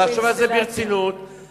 ולחשוב על זה ברצינות, אין לי הבנה באינסטלציה.